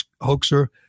hoaxer